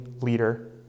leader